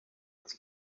had